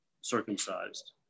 circumcised